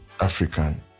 African